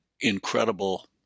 incredible